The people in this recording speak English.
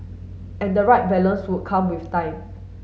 and the right balance would come with time